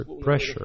pressure